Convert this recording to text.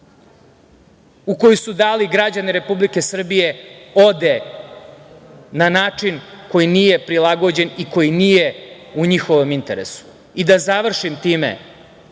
u koju su dali građani Republike Srbije ode na način koji nije prilagođen i koji nije u njihovom interesu.I da završim time